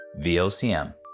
VOCM